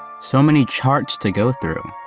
so many charts to go through,